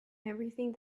everything